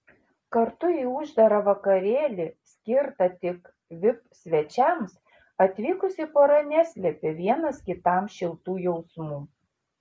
kartu į uždarą vakarėlį skirtą tik vip svečiams atvykusi pora neslėpė vienas kitam šiltų jausmų